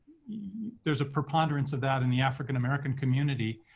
there's a preponderance of that in the african-american community,